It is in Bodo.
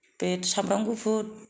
बे सामब्राम गुफुर